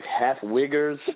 half-wiggers